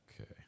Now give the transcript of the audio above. Okay